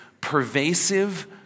pervasive